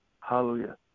hallelujah